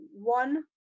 one